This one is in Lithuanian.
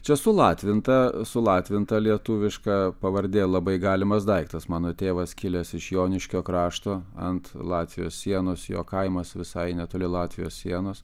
čia sulatvinta sulatvinta lietuviška pavardė labai galimas daiktas mano tėvas kilęs iš joniškio krašto ant latvijos sienos jo kaimas visai netoli latvijos sienos